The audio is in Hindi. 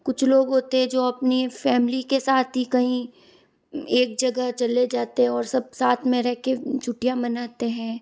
कुछ लोग होते जो अपनी फैमिली के साथ ही कहीं एक जगह चले जाते हैं और सब साथ में रहके छुट्टियाँ मनाते हैं